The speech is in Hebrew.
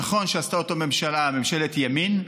נכון שעשתה אותו ממשלת ימין.